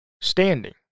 standing